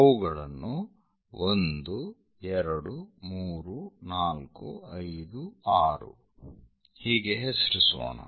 ಅವುಗಳನ್ನು 1 2 3 4 5 6 ಹೀಗೆ ಹೆಸರಿಸೋಣ